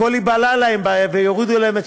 הכול ייבלע להם ויורידו להם,